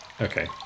Okay